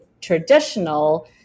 traditional